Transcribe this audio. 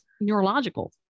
neurological